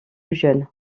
jeune